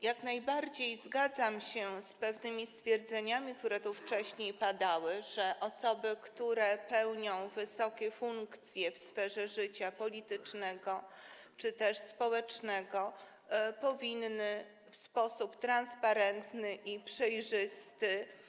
Jak najbardziej zgadzam się z pewnymi stwierdzeniami, które tu wcześniej padały, że osoby, które pełnią wysokie funkcje w sferze życia politycznego czy też społecznego, powinny pełnić te funkcje w sposób transparentny i przejrzysty.